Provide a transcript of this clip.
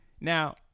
Now